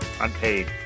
Unpaid